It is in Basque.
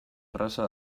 erraza